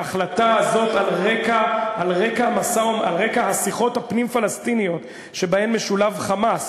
שההחלטה הזאת על רקע השיחות הפנים-פלסטיניות שבהן משולב "חמאס"